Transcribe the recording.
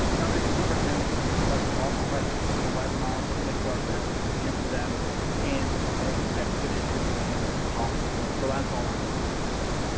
sounds like the superintendent's going to be collecting all the questions from the webinar and we're going to do our best to answer them in as expeditious a manner as possible. and so that's all i had for now.